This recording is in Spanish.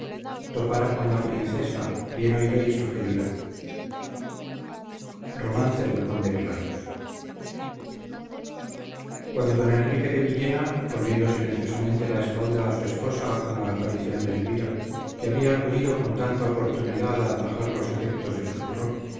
horas de causa alguna natural empero permítanos el lector que demos algún reposo a nuestro fatigado aliento cuando don enrique de villena volviendo silenciosamente la espalda a su esposa a la aparición de elvira que había acudido con tanta oportunidad a atajar los efectos de su furor